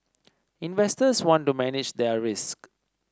investors want to manage their risk